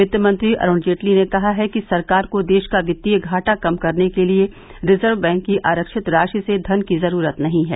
वित्त मंत्री अरुण जेटली ने कहा है कि सरकार को देश का वित्तीय घाटा कम करने के लिए रिजर्व बैंक की आरक्षित राशि से धन की जरूरत नहीं है